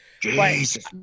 Jesus